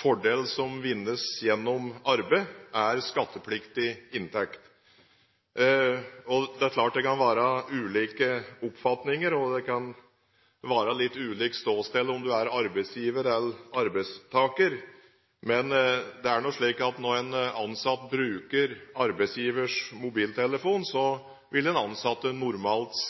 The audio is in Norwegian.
fordel som vinnes gjennom arbeid, er skattepliktig inntekt. Det er klart det kan være ulike oppfatninger, og det kan være litt ulikt ståsted om en er arbeidsgiver eller arbeidstaker, men det er nå slik at når en ansatt bruker arbeidsgivers mobiltelefon, vil den ansatte normalt